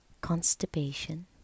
constipation